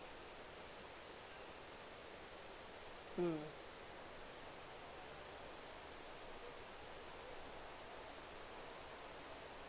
mm